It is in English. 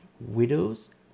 widows